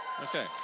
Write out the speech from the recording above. Okay